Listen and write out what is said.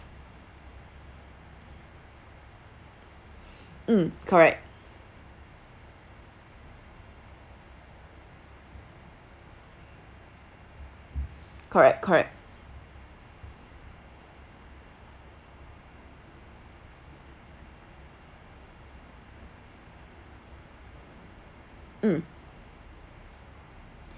mm correct correct correct mm